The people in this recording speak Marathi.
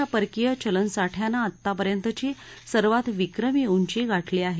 देशाच्या परकीय चलनसाठ्यानं आतापर्यंतची सर्वात विक्रमी उंची गाठली आहे